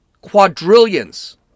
quadrillions